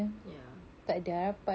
ya